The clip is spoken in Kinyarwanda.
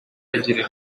agira